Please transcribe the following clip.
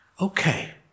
okay